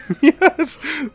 yes